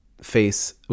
face